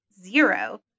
zero